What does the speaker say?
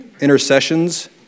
intercessions